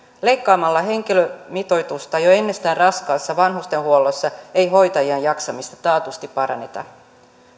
leikkaamalla henkilömitoitusta jo ennestään raskaassa vanhustenhuollossa ei hoitajien jaksamista taatusti paranneta